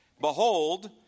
Behold